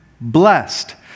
blessed